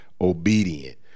obedient